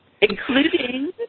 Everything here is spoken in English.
Including